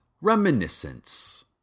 reminiscence